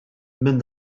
minn